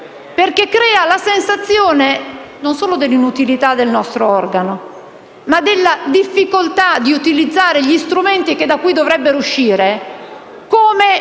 perché crea la sensazione non solo dell'inutilità del nostro organo, ma anche della difficoltà di utilizzare gli strumenti che da qui dovrebbero uscire come